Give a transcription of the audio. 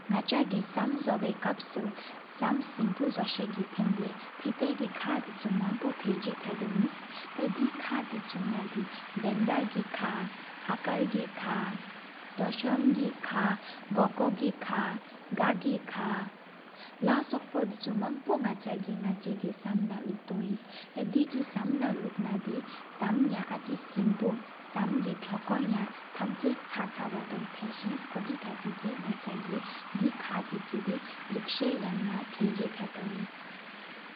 ན་ཆ་གི་བསམ་གཟབ་བའི་གོབ་སུ་བསམ་སློབ་པོ། ཟོ་སའི་དེད་ལས་ཁག་དི་ཆུ་མང་པོ། ཕེ་ཟ་ཕ་དོ་ཡིནས་ཐེ་དེ་ཁག་དི་ཆུ་ན་དི། བེན་དའི་ཁག་ཨ་དཀར་གི་ཁག་དོ་གཤམ་གི་ཁག། གོ་སྐོར་ཐེ་ཁག་སག་གི་ཁག་ལ་སོག་པོ། དི་ཆུ་ཆུ་མང་པོ་ནག་ཆ་གི་ནག་ཅི་གི། བསམ་ནང་བློག་ཏོ་ཡིན། ཐེ་ཆུ་བསམ་ན་ལུགས་ན་དི་བསམ་མ་ཨ་ཆིག་ཆི། སེམས་པོ་བསམ་གི་ཕ་ཀོ་ཡ་ཐམ་ཆ། ཆང་ཆང་ཕོ་ཐེམ་ཐེན་སེ་ཡིན། ཨོ་དེ་ཕ་ཏེ་གི་ནག་ཅ་པོ་གི་དོ་ཁག་དི་ཆུ། ལུགས་ས་ཡ་ན་ཕེ་ཟ་ཕ་དོ་ཡིན།